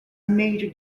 major